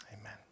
Amen